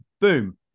Boom